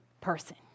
person